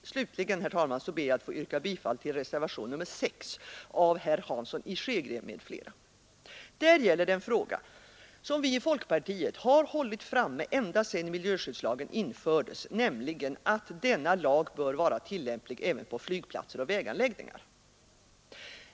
Slutligen, herr talman, ber jag att få yrka bifall till reservationen 6 av herr Hansson i Skegrie m.fl. Där gäller det en fråga som vi i folkpartiet har hållit framme ända sedan miljöskyddslagen infördes, nämligen att denna lag bör vara tillämplig även på flygplatser och väganläggningar.